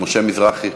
משה מזרחי?